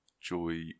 Joy